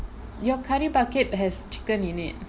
your curry bucket has chicken in it